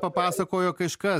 papasakojo kažkas